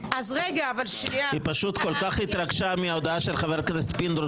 היא פשוט כל כך התרגשה מההודעה של חבר הכנסת פינדרוס,